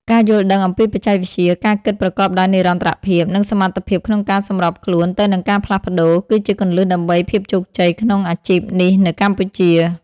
ការយល់ដឹងអំពីបច្ចេកវិទ្យា ការគិតប្រកបដោយនិរន្តរភាព និងសមត្ថភាពក្នុងការសម្របខ្លួនទៅនឹងការផ្លាស់ប្តូរ គឺជាគន្លឹះដើម្បីភាពជោគជ័យក្នុងអាជីពនេះនៅកម្ពុជា។